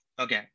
Okay